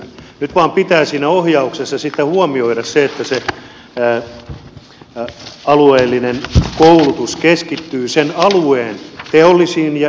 nyt vain pitää siinä ohjauksessa sitten huomioida se että se alueellinen koulutus keskittyy sen alueen teollisiin ja elinkeinovahvuuksiin